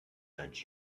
sent